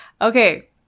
okay